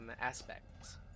aspects